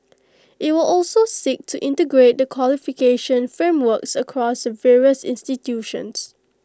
IT will also seek to integrate the qualification frameworks across the various institutions